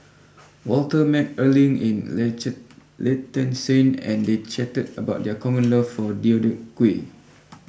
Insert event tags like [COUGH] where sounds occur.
Walter met Erling in [UNINTELLIGIBLE] Liechtenstein and they chatted about their common love for Deodeok Gui